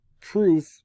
proof